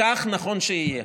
כך נכון שיהיה.